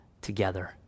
together